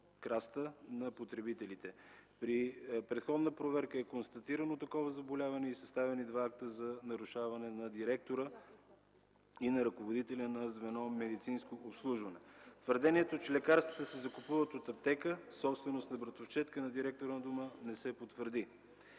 на потребителите. При предходна проверка е констатирано такова заболяване и са съставени два акта за нарушаване – на директора, и на ръководителя на звено „Медицинско обслужване”. Твърденията, че лекарствата се закупуват от аптека, собственост на братовчедка на директора на дома, не се потвърди.